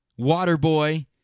Waterboy